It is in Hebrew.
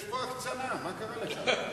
יש פה הקצנה, מה קרה לך.